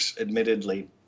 admittedly